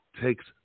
takes